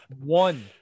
one